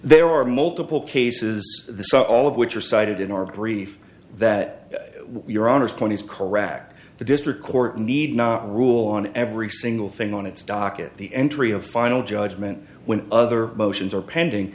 there are multiple cases the so all of which are cited in our brief that we're honest twenty is correct the district court need not rule on every single thing on its docket the entry of final judgment when other motions are pending